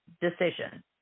decision